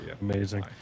Amazing